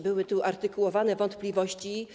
Były tu artykułowane wątpliwości.